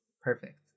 perfect